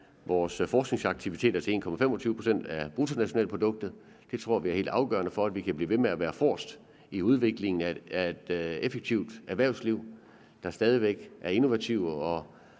vores forskningsaktiviteter til 1,25 pct. af bruttonationalproduktet. Det tror vi er helt afgørende for, at Danmark kan blive ved med at være forrest i udviklingen af et effektivt erhvervsliv, hvor man stadig væk er innovativ og